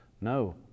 No